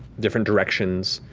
different directions,